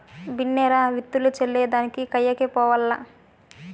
బిన్నే రా, విత్తులు చల్లే దానికి కయ్యకి పోవాల్ల